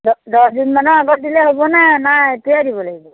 দহ দহদিনমানৰ আগত দিলে হ'বনে নে এতিয়াই দিব লাগিব